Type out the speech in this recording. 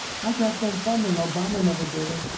i got them funding. obama never did it.